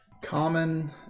Common